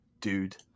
dude